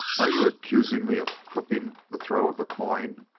are you accusin' me of crooking the throw of the coin?